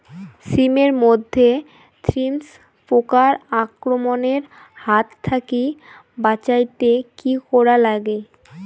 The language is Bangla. শিম এট মধ্যে থ্রিপ্স পোকার আক্রমণের হাত থাকি বাঁচাইতে কি করা লাগে?